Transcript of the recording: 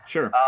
Sure